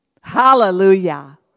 Hallelujah